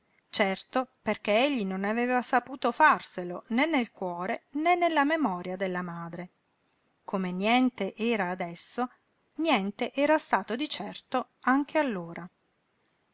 certo perché egli non aveva saputo farselo né nel cuore né nella memoria della madre come niente era adesso niente era stato di certo anche allora